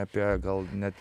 apie gal net